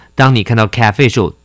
当你看到cafe的时候